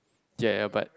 ya but